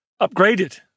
upgraded